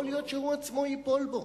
יכול להיות שהוא עצמו ייפול בו,